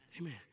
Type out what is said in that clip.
Amen